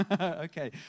Okay